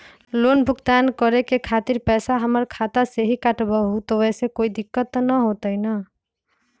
Loan भुगतान करे के खातिर पैसा हमर खाता में से ही काटबहु त ओसे कौनो दिक्कत त न होई न?